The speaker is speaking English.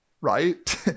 right